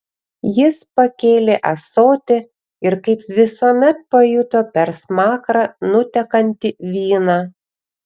jis pakėlė ąsotį ir kaip visuomet pajuto per smakrą nutekantį vyną